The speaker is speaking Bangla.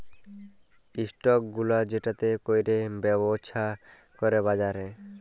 ইস্টক গুলা যেটতে ক্যইরে ব্যবছা ক্যরে বাজারে